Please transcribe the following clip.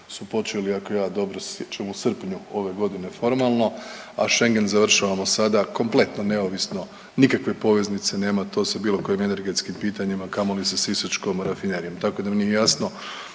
su počeli, ako ja dobro se sjećam u srpnju ove godine formalno, a Schengen završavamo sada kompletno, neovisno, nikakve poveznice nema, to se bilo kojim energetskim pitanjima, a kamoli sa sisačkom rafinerijom, tako da mi nije jasno,